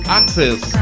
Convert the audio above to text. access